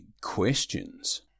Questions